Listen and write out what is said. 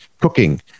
cooking